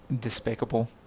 despicable